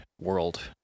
world